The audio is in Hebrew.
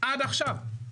עד עכשיו.